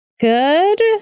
good